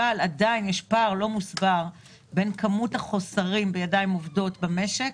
אבל עדיין יש פער לא מוסבר בין כמות החוסרים בידיים עובדות במשק